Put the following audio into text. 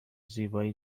زیبایی